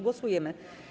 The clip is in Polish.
Głosujemy.